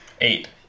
eight